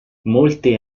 molte